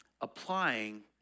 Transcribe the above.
applying